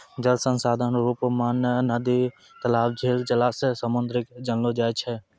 जल संसाधन रुप मग नदी, तलाब, झील, जलासय, समुन्द के जानलो जाय छै